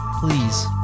Please